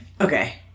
Okay